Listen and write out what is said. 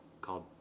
called